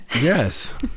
Yes